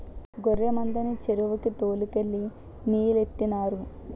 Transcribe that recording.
గొర్రె మందని చెరువుకి తోలు కెళ్ళి నీలెట్టినారు